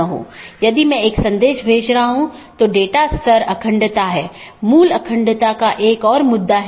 अगर हम BGP घटकों को देखते हैं तो हम देखते हैं कि क्या यह ऑटॉनमस सिस्टम AS1 AS2 इत्यादि हैं